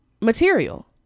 material